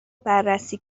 بررسی